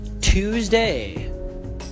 Tuesday